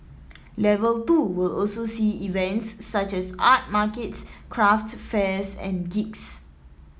level two will also see events such as art markets craft fairs and gigs